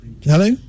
Hello